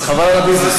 אז חבל על הביזנס.